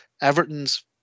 Everton's